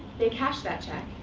the cash that check.